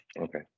Okay